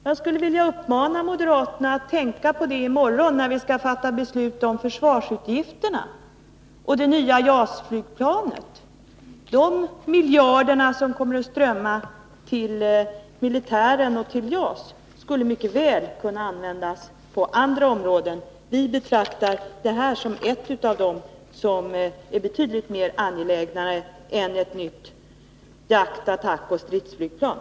Jag skulle vilja uppmana moderaterna att tänka på det i morgon, när vi skall fatta beslut om försvarsutgifterna och det nya JAS-flygplanet. De miljarder som kommer att strömma till militären och till JAS skulle mycket väl kunna användas på andra områden. Vi betraktar det här som ett av dem som är betydligt mera angelägna än ett nytt stridsflygplan.